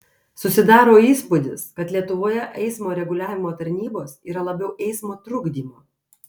susidaro įspūdis kad lietuvoje eismo reguliavimo tarnybos yra labiau eismo trukdymo